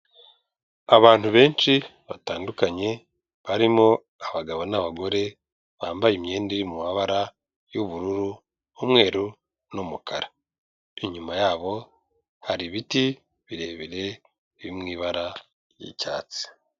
Abantu benshi batandukanye barimo abagabo n'abagore bambaye imyenda mu mabara y'ubururu, umweru n'umukara, inyuma yabo hari ibiti birebire biri mu ibara ry'icyatsi.